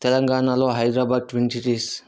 తెలంగాణలో Hyderabad twin cities